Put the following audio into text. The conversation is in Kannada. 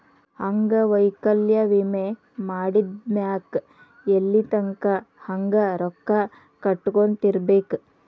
ಅಂಗವೈಕಲ್ಯ ವಿಮೆ ಮಾಡಿದ್ಮ್ಯಾಕ್ ಎಲ್ಲಿತಂಕಾ ಹಂಗ ರೊಕ್ಕಾ ಕಟ್ಕೊತಿರ್ಬೇಕ್?